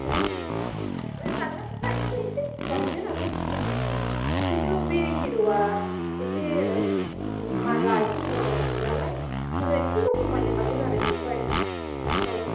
बेबो जेनेबा लाथारोबा बिदिनो इसे जाहैगोन आरो खम बिसि खिन्थु बे हिर'आ इसे माला एसे मोजांसिन नालाय बिदिनो इसेल' खमायनो हागोन आरो बेखौहाय औ